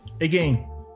again